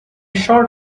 short